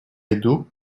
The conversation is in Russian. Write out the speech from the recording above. иду